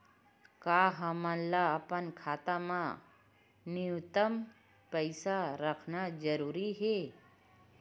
का हमला अपन खाता मा न्यूनतम पईसा रखना जरूरी हे?